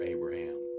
Abraham